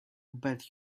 bet